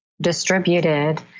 distributed